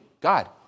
God